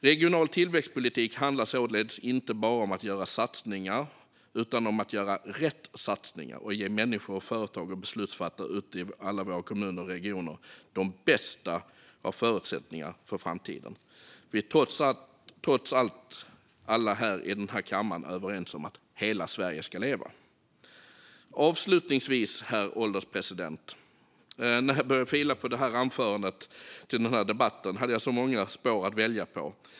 Regional tillväxtpolitik handlar således inte bara om att göra satsningar utan om att göra rätt satsningar och ge människor, företag och beslutsfattare ute i alla våra kommuner och regioner de bästa av förutsättningar för framtiden. Trots allt är alla vi här i denna kammare överens om att hela Sverige ska leva. Avslutningsvis, herr ålderspresident: När jag började fila på mitt anförande till den här debatten hade jag så många spår att välja på.